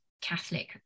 Catholic